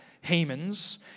Haman's